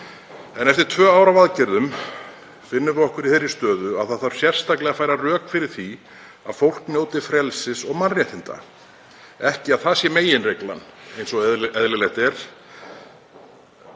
En eftir tvö ár af aðgerðum finnum við okkur í þeirri stöðu að það þarf sérstaklega að færa rök fyrir því að fólk njóti frelsis og mannréttinda. Ekki að það sé meginreglan sem þarf